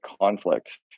conflict